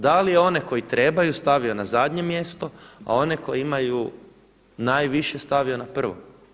Da li je one koje je trebao stavio na zadnje mjesto, a one koji imaju najviše stavio na prvo.